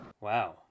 Wow